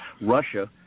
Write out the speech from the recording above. Russia